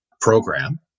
program